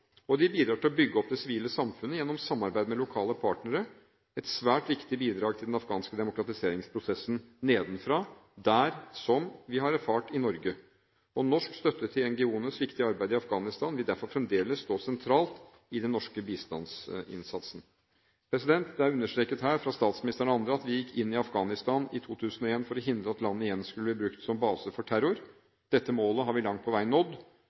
og de bidrar til å bygge opp det sivile samfunnet gjennom samarbeid med lokale partnere – et svært viktig bidrag til den afghanske demokratiseringsprosessen nedenfra, der og som vi har erfart i Norge. Norsk støtte til NGO-enes viktige arbeid i Afghanistan vil derfor fremdeles stå sentralt i den norske bistandsinnsatsen. Det er understreket her fra statsministeren og andre at vi gikk inn i Afghanistan i 2001 for å hindre at landet igjen skulle bli brukt som base for terror. Dette målet har vi langt på vei nådd.